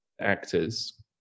actors